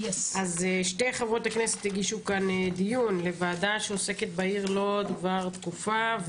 שתי חברות הכנסת הגישו כאן דיון לוועדה שעוסקת בעיר לוד כבר תקופה,